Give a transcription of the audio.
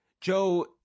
Joe